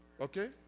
okay